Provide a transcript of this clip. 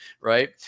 right